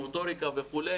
מוטוריקה וכו',